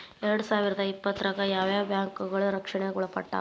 ಎರ್ಡ್ಸಾವಿರ್ದಾ ಇಪ್ಪತ್ತ್ರಾಗ್ ಯಾವ್ ಯಾವ್ ಬ್ಯಾಂಕ್ ರಕ್ಷ್ಣೆಗ್ ಒಳ್ಪಟ್ಟಾವ?